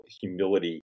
humility